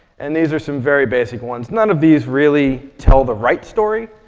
and these are some very basic ones. none of these really tell the right story.